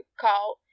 called